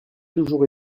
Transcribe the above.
toujours